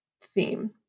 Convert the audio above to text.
theme